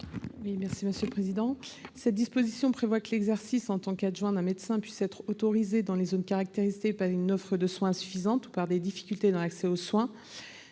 rectifié. L'article 4 prévoit que l'exercice en tant qu'adjoint d'un médecin puisse être autorisé dans les zones caractérisées par une offre de soins insuffisante ou par des difficultés dans l'accès aux soins